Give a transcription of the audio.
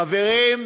חברים,